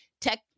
tech